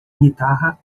guitarra